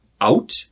out